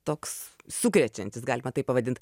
toks sukrečiantis galima taip pavadint